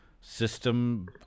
system